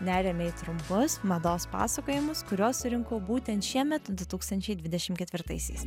neriame į trumpus mados pasakojimus kuriuos surinkau būtent šiemet du tūkstančiai dvidešim ketvirtaisiais